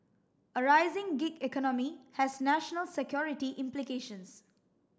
a rising gig economy has national security implications